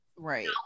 Right